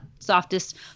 softest